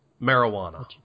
marijuana